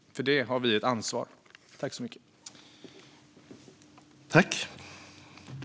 Det har vi ett ansvar att göra.